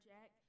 Jack